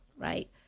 right